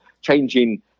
changing